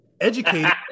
Educate